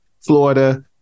Florida